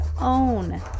own